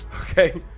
okay